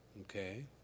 Okay